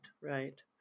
right